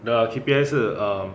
the K_P_I 是 um